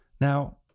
Now